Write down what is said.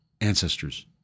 ancestors